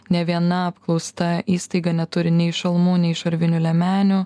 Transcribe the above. nė viena apklausta įstaiga neturi nei šalmų nei šarvinių liemenių